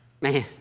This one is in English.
man